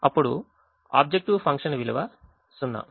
అప్పుడు objective function విలువ 0